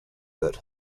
that